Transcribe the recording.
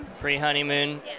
Pre-honeymoon